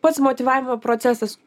pats motyvavimo procesas